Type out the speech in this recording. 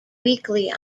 weekly